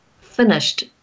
finished